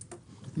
חטא".